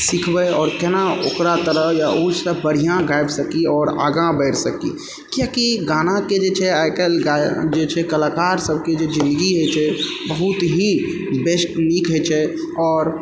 सिखबै आओर कोना ओकरा तरह या ओ सऽ बढ़िआँ गाबिकऽ सकी आओर आगाँ बढ़ि सकी कियाकि गानाके जे छै आइकाल्हि जे छै कलाकार सबके जे जिनगी हइ छै बहुत ही बेस्ट नीक हइ छै आओर